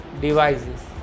devices